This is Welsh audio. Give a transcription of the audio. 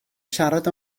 siarad